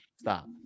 Stop